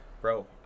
bro